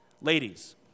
Ladies